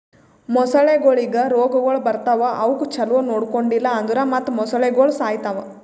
ಮೊಸಳೆಗೊಳಿಗ್ ರೋಗಗೊಳ್ ಬರ್ತಾವ್ ಅವುಕ್ ಛಲೋ ನೊಡ್ಕೊಂಡಿಲ್ ಅಂದುರ್ ಮತ್ತ್ ಮೊಸಳೆಗೋಳು ಸಾಯಿತಾವ್